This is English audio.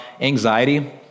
anxiety